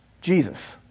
Jesus